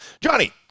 Johnny